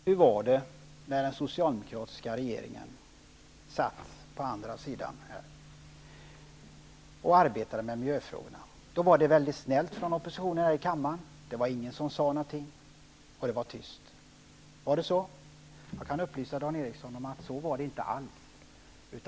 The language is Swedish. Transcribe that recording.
Herr talman! Hur var det när vi hade en socialdemokratisk regering som arbetade med miljöfrågorna? Då var oppositionen förstås snäll här i kammaren, och det var ingen som sade något, utan det var tyst. Jag kan upplysa Dan Ericsson i Kolmården om att så var det inte alls.